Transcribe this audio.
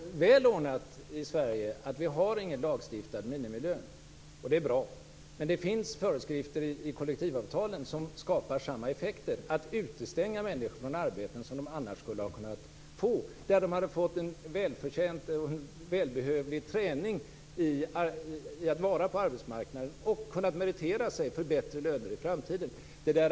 Fru talman! Nu är det faktiskt så väl ordnat i Sverige att vi inte har någon lagstiftad minimilön. Det är bra. Men det finns föreskrifter i kollektivavtalen som skapar samma effekt. De utestänger människor från arbeten som de annars skulle ha kunnat få, där de hade fått en välförtjänt och välbehövlig träning i att vara på arbetsmarknaden och kunnat meritera sig för bättre löner i framtiden.